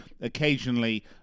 occasionally